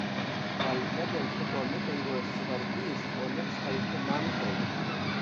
valdžia dėl šito mitingo išsivartys o liks kalti mentai